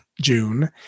June